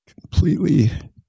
completely